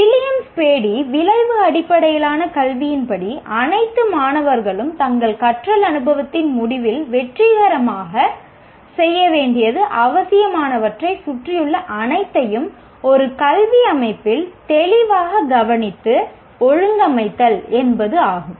William Spady விளைவு அடிப்படையிலான கல்வியின் படி அனைத்து மாணவர்களும் தங்கள் கற்றல் அனுபவத்தின் முடிவில் வெற்றிகரமாகச் செய்ய வேண்டியது அவசியமானவற்றைச் சுற்றியுள்ள அனைத்தையும் ஒரு கல்வி அமைப்பில் தெளிவாகக் கவனித்து ஒழுங்கமைத்தல் என்பதாகும்